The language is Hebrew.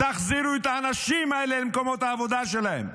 החזירו את האנשים האלה למקומות העבודה שלהם.